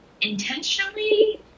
intentionally